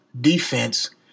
defense